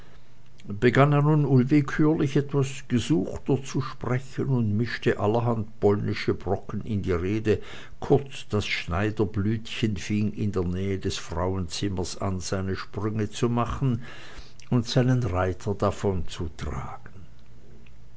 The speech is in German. begann er nun unwillkürlich etwas gesuchter zu sprechen und mischte allerhand polnische brocken in die rede kurz das schneiderblütchen fing in der nähe des frauenzimmers an seine sprünge zu machen und seinen reiter davonzutragen